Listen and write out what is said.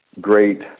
great